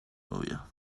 novia